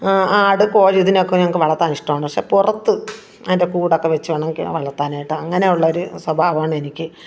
ആട് കോഴി ഇതിനെ ഒക്കെ ഞങ്ങൾക്ക് വളത്താൻ ഇഷ്ടമാണ് പക്ഷേ പുറത്ത് അതിൻ്റെ കൂടൊക്കെ വച്ച് വേണം ഒക്കെ വളർത്താനായിട്ട് അങ്ങനെയുള്ള ഒരു സ്വഭാവാണ് എനിക്ക്